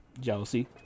Jealousy